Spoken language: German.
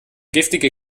giftige